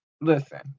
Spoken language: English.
listen